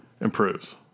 improves